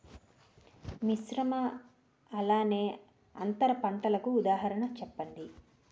మిశ్రమ అలానే అంతర పంటలకు ఉదాహరణ చెప్పండి?